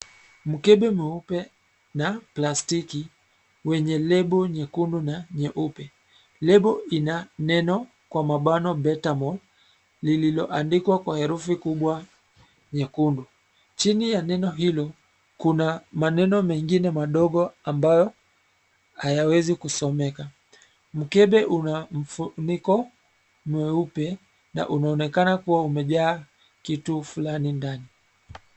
Mkembe mweupe na plastiki wenye label nyekundu na nyeupe, label ina neno kwa mabano BetaMol liloandikwa kwa herufi kubwa nyekundu chini ya neno hilo kuna maneno menigne madogo ambayo, hayawezi kusomeka. Mkebe una mfuniko mweupe na unaonekana kuwa umejaa kitu flani ndani.